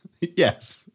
Yes